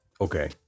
Okay